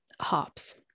hops